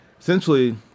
essentially